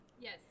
Yes